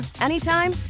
anytime